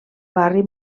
barri